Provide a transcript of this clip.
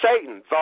Satan